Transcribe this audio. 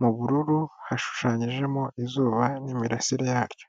mu bururu hashushanyijemo izuba, n'imirasire yaryo.